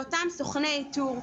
לאותם סוכני איתור,